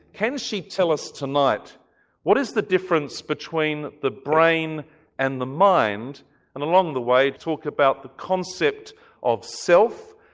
can she tell us tonight what is the difference between the brain and the mind and along the way talk about the concept of self,